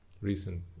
recent